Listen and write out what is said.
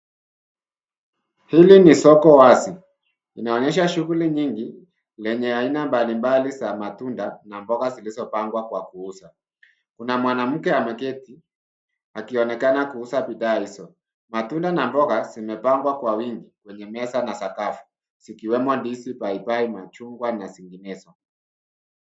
Hili ni soko wazi inaonyesha shughuli nyingi lenye aina mbalimbali za matunda na mboga zilizopangwa kwa kuuza. Kuna mwanamke ameketi akionekana kuuza bidha hizo. Matunda na mboga zimepangwa kwa wingi kwenye meza na sakafu zikiwemo ndizi paipai, machungwa na zinginezo.